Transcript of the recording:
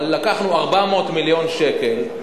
אבל לקחנו 400 מיליון שקל,